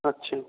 আচ্ছা